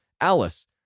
Alice